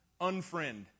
unfriend